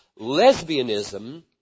Lesbianism